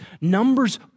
Numbers